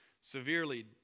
severely